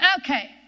okay